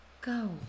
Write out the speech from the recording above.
Go